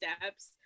steps